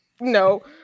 no